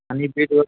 आणि बेटवर